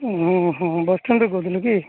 ଉଁ ହୁଁ ହୁଁ ବସ୍ଷ୍ଟାଣ୍ଡ ରୁ କହୁଥିଲି କି